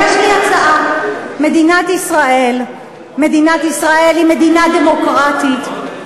יש לי הצעה: מדינת ישראל היא מדינה דמוקרטית,